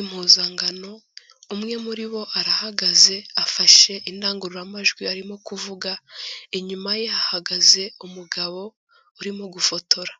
impuzankano umwe muri bo arahagaze afashe indangururamajwi arimo kuvuga inyuma ye hahagaze umugabo urimo gufotora.